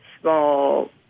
small